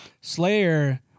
Slayer